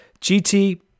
GT